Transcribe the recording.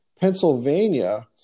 Pennsylvania